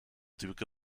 duke